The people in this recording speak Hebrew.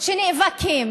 שנאבקים